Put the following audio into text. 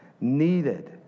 needed